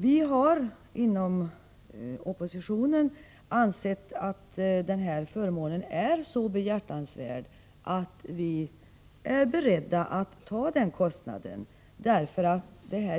Vi har inom oppositionen ansett att denna förmån är så behjärtansvärd att vi är beredda att ta kostnaden. Det